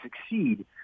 succeed